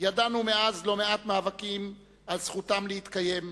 ידעו מאז לא מעט מאבקים על זכותם להתקיים,